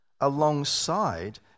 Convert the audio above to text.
alongside